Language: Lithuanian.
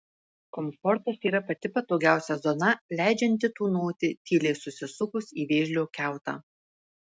komfortas yra pati patogiausia zona leidžianti tūnoti tyliai susisukus į vėžlio kiautą